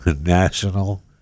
National